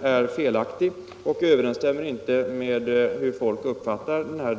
är felaktig. Den överensstämmer inte med människornas uppfattning i denna fråga.